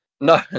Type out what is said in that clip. no